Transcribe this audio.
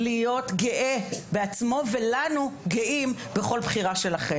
להיות גאה בעצמו, ולנו, להיות גאים בכל בחירה שלו.